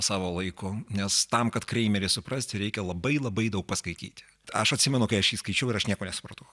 savo laiku nes tam kad kreimerį suprasti reikia labai labai daug paskaityti aš atsimenu kai aš jį skaičiau ir aš nieko nesupratau